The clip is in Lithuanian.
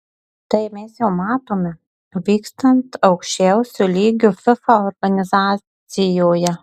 tai mes jau matome vykstant aukščiausiu lygiu fifa organizacijoje